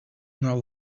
not